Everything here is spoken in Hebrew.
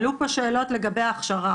עלו פה שאלות לגבי ההכשרה,